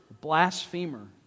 blasphemer